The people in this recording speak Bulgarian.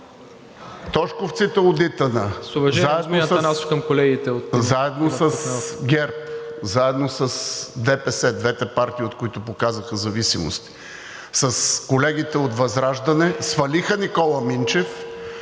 Тошковците от ИТН заедно с ГЕРБ, заедно с ДПС – двете партии, които показаха зависимости с колегите от ВЪЗРАЖДАНЕ, свалиха Никола Минчев,